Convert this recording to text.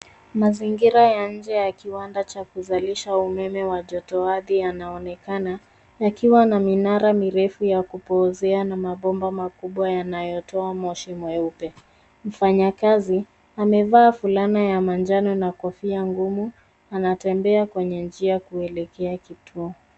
Mazingira ya nje ya kiwanda cha kuzalisha umeme wa joto ardhi yanaonekana yakiwa na minara mirefu ya kupozea na mabomba makubwa yanayotoa moshi mweupe. Mfanyakazi, amevaa fulana ya manjano na kofia ngumu, anatembea kwenye njia kuelekea kituo.